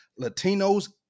Latinos